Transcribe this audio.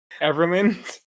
Everland